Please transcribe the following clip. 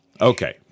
Okay